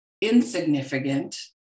insignificant